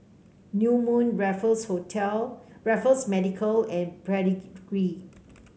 New Moon Raffles Hotel Raffles Medical and Pedigree